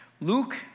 Luke